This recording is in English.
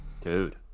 dude